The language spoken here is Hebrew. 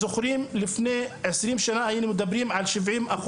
לפני 20 שנה היינו מדברים על 70%,